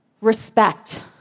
Respect